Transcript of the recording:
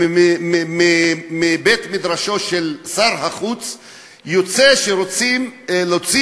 ומבית מדרשו של שר החוץ יוצא שרוצים להוציא